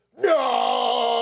No